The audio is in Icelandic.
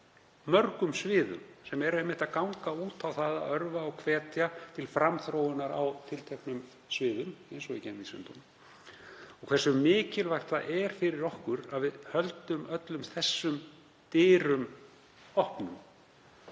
mörgum sviðum sem einmitt ganga út á það að örva og hvetja til framþróunar á tilteknum sviðum, eins og í geimvísindunum, og hversu mikilvægt það er fyrir okkur að við höldum öllum þessum dyrum opnum.